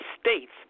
states